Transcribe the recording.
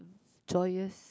joyous